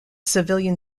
civilian